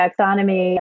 taxonomy